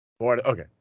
Okay